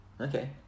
okay